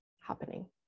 happening